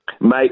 Mate